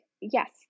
Yes